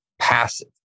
passive